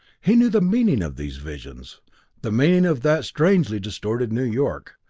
he knew the meaning of these visions the meaning of that strangely distorted new york,